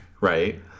right